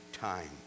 time